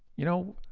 you know,